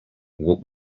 what